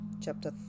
chapter